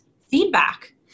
feedback